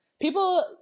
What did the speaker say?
people